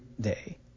day